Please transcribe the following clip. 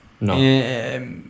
No